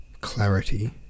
clarity